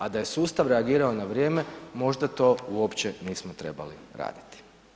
A da je sustav reagirao na vrijeme možda to uopće nismo trebali raditi.